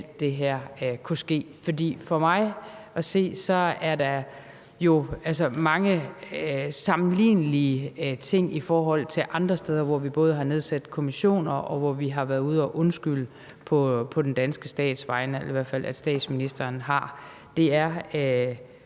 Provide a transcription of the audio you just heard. alt det her kunne ske. For der er jo for mig at se mange sammenlignelige ting i forhold til andre sager, hvor vi både har nedsat kommissioner, og hvor vi har været ude at undskylde på den danske stats vegne – i hvert fald har statsministeren gjort